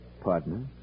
partner